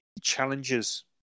challenges